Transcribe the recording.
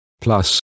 plus